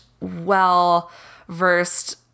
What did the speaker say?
well-versed